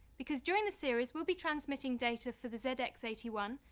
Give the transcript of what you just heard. because during the series, we'll be transmitting data for the z x eight one,